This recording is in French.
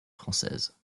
française